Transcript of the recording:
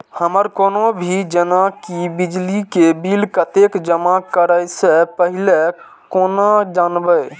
हमर कोनो भी जेना की बिजली के बिल कतैक जमा करे से पहीले केना जानबै?